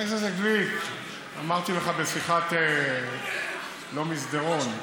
חבר הכנסת גליק, אמרתי לך בשיחה, לא שיחת מסדרון,